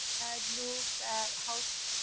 and move that house.